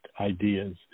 ideas